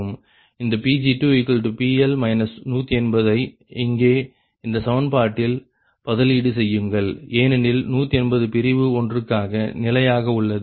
இந்த Pg2PL 180 ஐ இங்கே இந்த சமன்பாட்டில் பதிலீடு செய்யுங்கள் ஏனெனில் 180 பிரிவு ஒன்றுக்காக நிலையாக உள்ளது